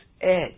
edge